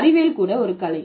அறிவியல் கூட ஒரு கலை